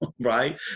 right